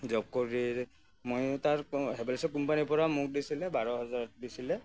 জ'ব কৰি মই তাৰ হেভেলছ কোম্পানীৰ পৰা মোক দিছিলে বাৰ হেজাৰ দিছিলে